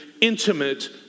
intimate